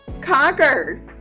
conquered